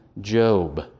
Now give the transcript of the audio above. Job